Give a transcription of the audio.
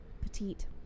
Petite